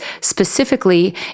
specifically